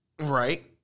right